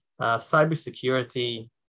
cybersecurity